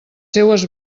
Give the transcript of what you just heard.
seues